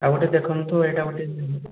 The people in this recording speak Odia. ଆଉ ଗୋଟିଏ ଦେଖନ୍ତୁ ଏଇଟା ଗୋଟିଏ